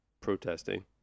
protesting